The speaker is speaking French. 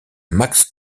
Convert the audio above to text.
max